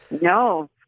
No